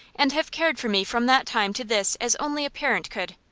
and have cared for me from that time to this as only a parent could.